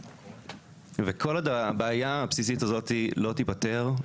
וכל עוד הבעיה הבסיסית הזאת לא תיפתר,